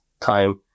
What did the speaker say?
time